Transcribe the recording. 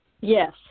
Yes